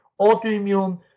autoimmune